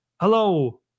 Hello